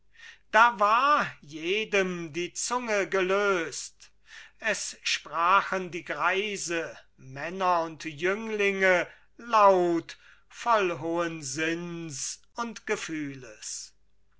da war jedem die zunge gelöst es sprachen die greise männer und jünglinge laut voll hohen sinns und gefühles